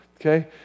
okay